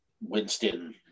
Winston